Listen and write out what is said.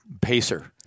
Pacer